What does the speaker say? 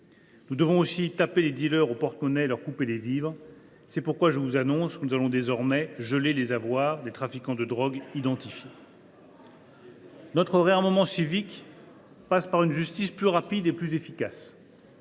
Nous devons aussi frapper les dealers au porte monnaie et leur couper les vivres. C’est pourquoi je vous annonce que nous allons désormais geler les avoirs des trafiquants de drogue identifiés. » Il est temps !« Notre réarmement civique passe par une justice plus rapide et plus efficace.